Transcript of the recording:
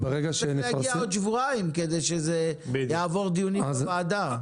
זה צריך להגיע בעוד שבועיים כדי שזה יעבור דיונים בוועדה.